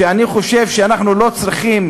ואני חושב שאנחנו לא צריכים